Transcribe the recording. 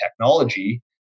technology